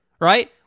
right